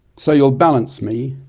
so you'll balance me.